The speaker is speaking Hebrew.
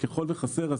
ככל וחסר,